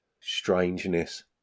strangeness